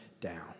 down